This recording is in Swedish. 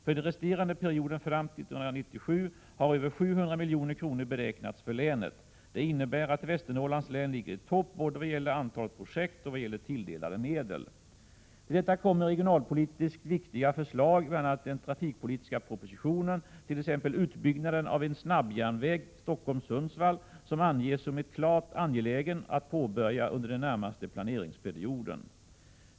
För den resterande perioden fram till 1997 har över 700 milj.kr. beräknats för länet. Det innebär att Västernorrlands län ligger i topp både vad gäller antal projekt och vad gäller tilldelade medel. Till detta kommer regionalpolitiskt viktiga förslag i bl.a. den trafikpolitiska = propositionen, t.ex. utbyggnaden av en =: snabbjärnväg Stockholm — Sundsvall, som anges som klart angelägen att påbörja under den närmaste planeringsperioden.